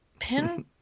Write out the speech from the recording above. Pin